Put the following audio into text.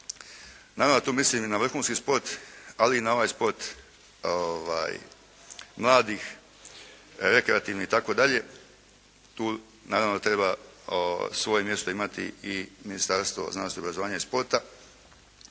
Naravno, tu mislim i na vrhunski sport, ali i na ovaj sport mladih, rekreativnih itd. Tu naravno treba svoje mjesto imati i Ministarstvo znanosti, obrazovanja i sporta.